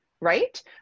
right